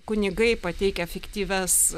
kunigai pateikia fiktyvias